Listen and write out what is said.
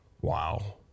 Wow